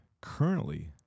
currently